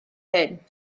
hyn